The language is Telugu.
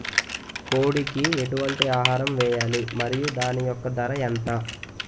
కోడి కి ఎటువంటి ఆహారం వేయాలి? మరియు దాని యెక్క ధర ఎంత?